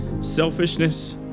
selfishness